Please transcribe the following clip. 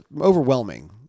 overwhelming